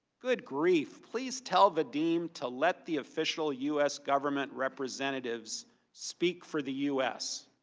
good grief please tell the dean to let the official u s. government representatives speak for the u s.